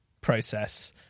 process